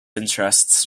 interests